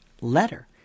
letter